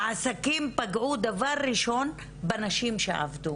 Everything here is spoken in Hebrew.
והעסקים פגעו דבר ראשון בנשים שעבדו